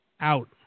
out